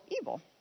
evil